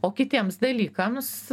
o kitiems dalykams